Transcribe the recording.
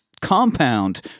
compound